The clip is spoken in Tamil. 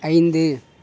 ஐந்து